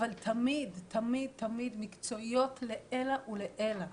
אבל תמיד תמיד תמיד מקצועיות לעילא ולעילא.